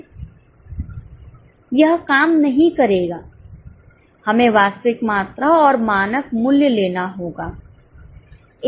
यह काम नहीं करेगा हमें वास्तविक मात्रा और मानक मूल्य लेना होगा